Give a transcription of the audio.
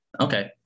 Okay